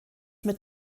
mit